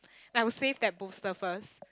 and I would save the bolster first